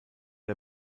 der